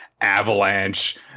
avalanche